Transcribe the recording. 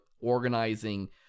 organizing